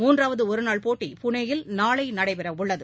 மூன்றாவது ஒருநாள் போட்டி புனே யில் நாளை நடைபெறவுள்ளது